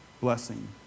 Blessing